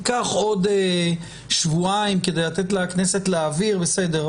ייקח עוד שבועיים כדי לתת לכנסת להעביר, בסדר.